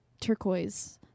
turquoise